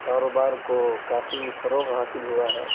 کاروبار کو کافی فروغ حاصل ہوا ہے